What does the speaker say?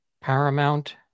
Paramount